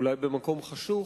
אולי במקום חשוך,